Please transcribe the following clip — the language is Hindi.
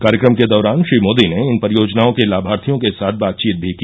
कार्यक्रम के दौरान श्री मोदी ने इन परियोजनाओं के लाभार्थियों के साथ बातचीत भी की